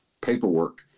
paperwork